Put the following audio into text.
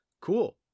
cool